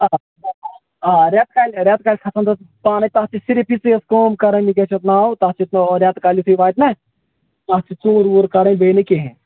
آ آ رٮ۪تہٕ کالہِ رٮ۪تہٕ کالہِ کھسان تَتھ پانے تَتھ چھِ صِرف یِژٕے اوت کٲم کَرٕنۍ یہِ کیٛاہ چھُ اَتھ ناو تَتھ چھِ رٮ۪تہٕ کالہِ یُتھٕے واتہِ نا تَتھ چھِ ژوٗر ووٗر کَرٕنۍ بیٚیہِ نہٕ کِہیٖنٛۍ